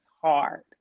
hard